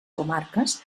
comarques